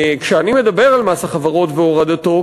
כשאני מדבר על מס החברות והורדתו,